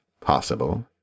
Possible